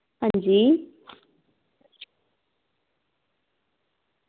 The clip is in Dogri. हां जी